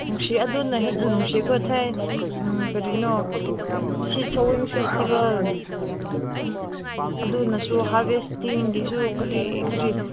ꯅꯨꯡꯁꯤ ꯑꯗꯨꯅ ꯍꯦꯟꯅ ꯅꯨꯡꯁꯤꯕꯀꯣ ꯀꯔꯤꯅꯣ ꯁꯤꯠ ꯁꯣꯋꯤꯡ ꯐꯦꯁꯇꯤꯚꯦꯜ ꯎꯝ ꯑꯗꯨꯅꯁꯨ ꯍꯥꯔꯚꯦꯁꯇꯤꯡꯒꯤꯁꯨ ꯀꯔꯤ ꯀꯔꯤ